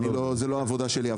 זה לא העבודה שלי.